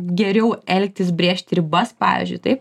geriau elgtis brėžt ribas pavyzdžiui taip